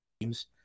teams